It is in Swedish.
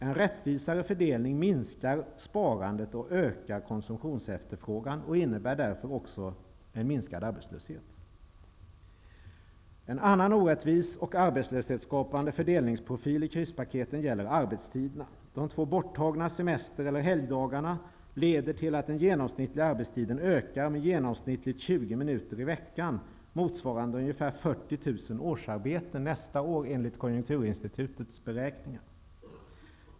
En rättvisare fördelning minskar sparandet och ökar konsumtionsefterfrågan och innebär därför också en minskad arbetslöshet. En annan orättvis och arbetslöshetsskapande fördelningsprofil i krispaketen gäller arbetstiderna. De två borttagna semester eller helgdagarna leder till att den genomsnittliga arbetstiden ökar med genomsnittligt 20 minuter i veckan, motsvarande ungefär 40 000 årsarbeten nästa år, enligt Konjunkturinstitutets beräkningar.